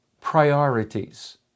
priorities